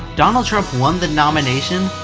donald trump won the nomination,